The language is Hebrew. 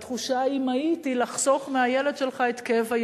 והתחושה האמהית היא לחסוך מהילד שלך את כאב הידיעה.